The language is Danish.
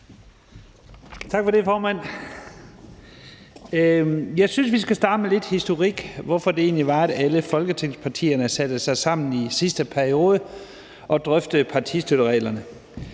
Tak for det, formand. Jeg synes, vi skal starte med lidt historik om, hvorfor det egentlig var, at alle Folketingets partier i sidste periode satte sig sammen og drøftede partistøttereglerne.